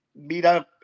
meetup